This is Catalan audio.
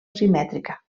simètrica